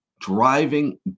driving